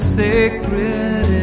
sacred